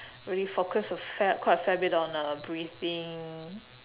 really focused a fair quite a fair bit on uh breathing